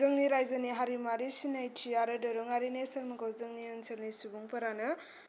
जोंनि रायजोनि हारिमुवारि सिनायथि आरो दोरोङारि नेरसोनखौ जोंनि आनसोलनि सुबुंफोरानो